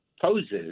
poses